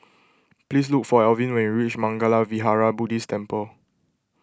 please look for Elvin when you reach Mangala Vihara Buddhist Temple